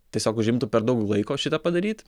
tiesiog užimtų per daug laiko šitą padaryt